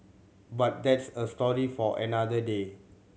but that's a story for another day